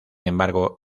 embargo